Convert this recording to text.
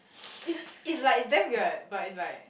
is is like damn weird but is like